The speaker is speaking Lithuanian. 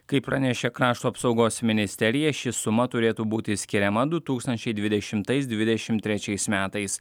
kaip pranešė krašto apsaugos ministerija ši suma turėtų būti skiriama du tūkstančiai dvidešimtais dvidešimt trečiais metais